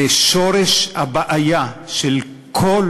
ושורש הבעיה של כל